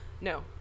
no